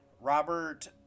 Robert